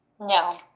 No